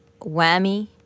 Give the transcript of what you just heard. whammy